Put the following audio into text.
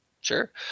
Sure